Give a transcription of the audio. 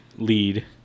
lead